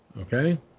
Okay